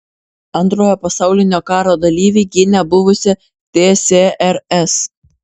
antrojo pasaulinio karo dalyviai gynė buvusią tsrs